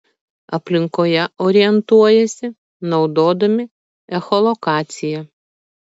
aplinkoje orientuojasi naudodami echolokaciją